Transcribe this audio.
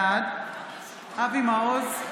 בעד אבי מעוז,